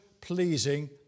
pleasing